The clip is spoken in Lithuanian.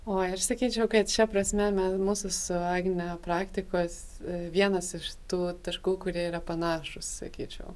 oi aš sakyčiau kad šia prasme mūsų su agne praktikos vienas iš tų taškų kurie yra panašūs sakyčiau